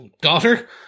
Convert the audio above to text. daughter